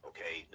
Okay